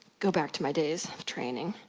go back to my days, of training,